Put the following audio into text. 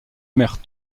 mère